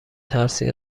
ترسی